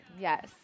Yes